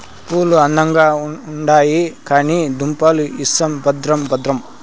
పూలు అందంగా ఉండాయి కానీ దుంపలు ఇసం భద్రం భద్రం